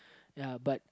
ya but